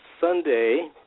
Sunday